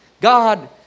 God